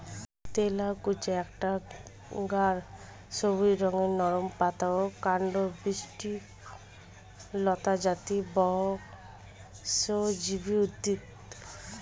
তেলাকুচা একটা গাঢ় সবুজ রঙের নরম পাতা ও কাণ্ডবিশিষ্ট লতাজাতীয় বহুবর্ষজীবী উদ্ভিদ